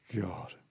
God